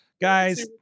Guys